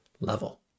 level